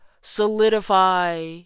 solidify